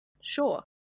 Sure